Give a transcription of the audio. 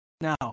Now